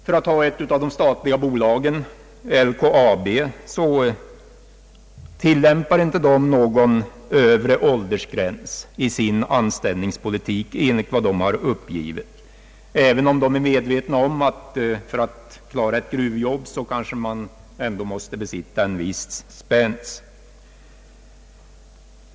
Låt mig så nämna ett av de statliga bolagen, LKAB. Där tillämpas inte någon övre åldersgräns i anställningspolitiken, enligt vad bolaget uppgivit, även om man är medveten om att den som skall klara ett gruvjobb bör besitta en viss spänst.